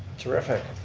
terrific.